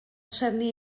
trefnu